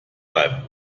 bleiben